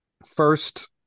first